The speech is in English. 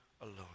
alone